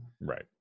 Right